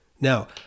Now